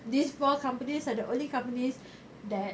these four companies are the only companies that